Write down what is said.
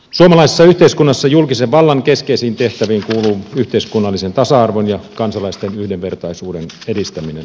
suomalaisessa yhteiskunnassa julkisen vallan keskeisiin tehtäviin kuuluu yhteiskunnallisen tasa arvon ja kansalaisten yhdenvertaisuuden edistäminen